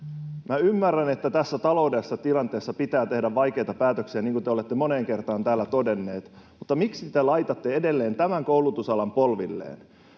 Minä ymmärrän, että tässä taloudellisessa tilanteessa pitää tehdä vaikeita päätöksiä, niin kuin te olette moneen kertaan täällä todenneet, mutta miksi te laitatte edelleen tämän koulutusalan polvilleen?